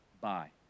Bye